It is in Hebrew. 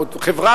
חברה,